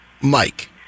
Mike